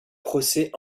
procès